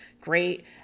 Great